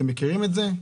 אתם מכירים את זה?